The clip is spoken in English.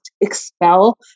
expel